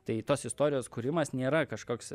tai tos istorijos kūrimas nėra kažkoks